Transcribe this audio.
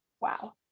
wow